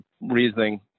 reasoning